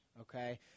okay